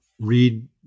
read